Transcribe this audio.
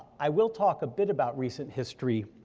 i will talk a bit about recent history,